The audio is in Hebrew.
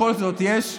בכל זאת, יש גבול.